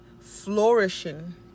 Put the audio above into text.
flourishing